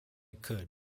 could